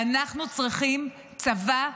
ואנחנו צריכים צבא גדול,